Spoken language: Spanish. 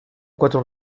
cuatro